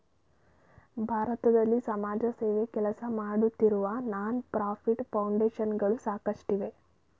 ಭಾರತದಲ್ಲಿ ಸಮಾಜಸೇವೆ ಕೆಲಸಮಾಡುತ್ತಿರುವ ನಾನ್ ಪ್ರಫಿಟ್ ಫೌಂಡೇಶನ್ ಗಳು ಸಾಕಷ್ಟಿವೆ